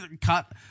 cut